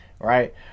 right